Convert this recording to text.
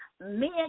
men